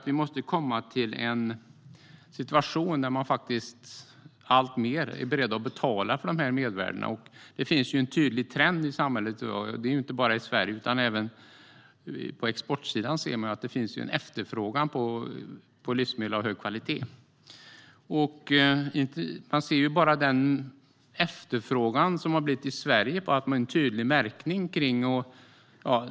Vi måste komma till en situation där man är beredd att betala för dessa mervärden. Det finns en tydlig trend i samhället i dag. Inte bara i Sverige utan även på exportsidan ser man en efterfrågan på livsmedel av hög kvalitet. Det räcker med att se på den efterfrågan på tydlig märkning som finns i Sverige.